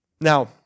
Now